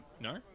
no